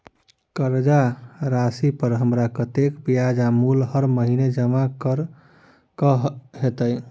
कर्जा राशि पर हमरा कत्तेक ब्याज आ मूल हर महीने जमा करऽ कऽ हेतै?